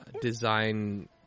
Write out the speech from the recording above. design